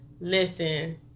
listen